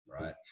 right